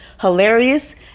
hilarious